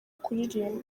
kuririmba